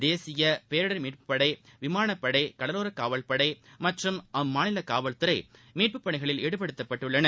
தேசியபேரிடர் மீட்புப்படை விமானப்படை கடலோரக் காவல்படைமற்றும் அம்மாநிலகாவல்துறைமீட்புப் பணிகளில் ஈடுபடுத்தப்பட்டுள்ளன